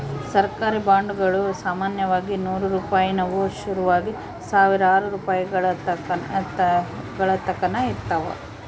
ಸರ್ಕಾರಿ ಬಾಂಡುಗುಳು ಸಾಮಾನ್ಯವಾಗಿ ನೂರು ರೂಪಾಯಿನುವು ಶುರುವಾಗಿ ಸಾವಿರಾರು ರೂಪಾಯಿಗಳತಕನ ಇರುತ್ತವ